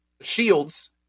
shields